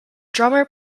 drummer